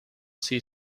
see